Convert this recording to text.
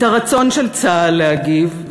את הרצון של צה"ל להגיב,